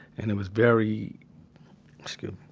and it was very excuse